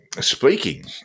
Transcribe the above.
Speaking